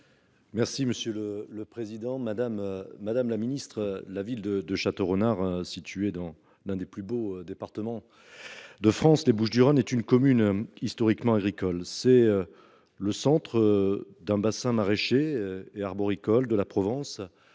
territoires. Madame la ministre, la ville de Châteaurenard, située dans l’un des plus beaux départements de France, les Bouches du Rhône, est une commune historiquement agricole. Elle forme le centre d’un bassin maraîcher et arboricole de Provence